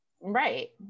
Right